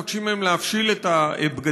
מבקשים מהם להפשיל את הבגדים,